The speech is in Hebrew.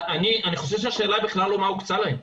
חושב שהשאלה בכלל לא מה הוקצה להם,